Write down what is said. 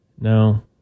No